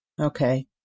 Okay